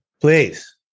please